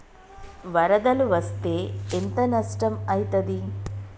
వరదలు వస్తే ఎంత నష్టం ఐతది?